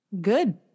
Good